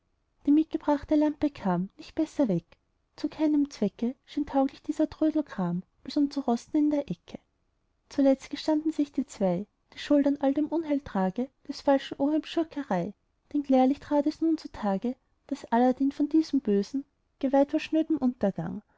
die mitgebrachte lampe kam nicht besser weg zu keinem zwecke schien tauglich dieser trödelkram als um zu rosten in der ecke zuletzt gestanden sich die zwei die schuld an all dem unheil trage des falschen oheims schurkerei denn klärlich trat es nun zutage daß aladdin von diesem bösen geweiht war schnödem untergang